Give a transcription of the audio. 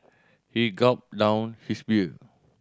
he gulped down his beer